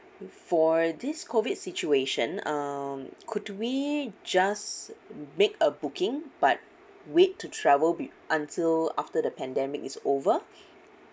for this COVID situation um could we just make a booking but wait to travel be~ until after the pandemic is over